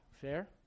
Fair